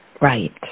Right